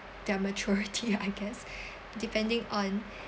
their maturity I guess depending on